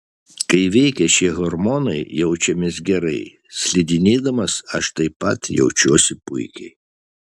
kai veikia šie hormonai jaučiamės gerai slidinėdamas aš taip pat jaučiausi puikiai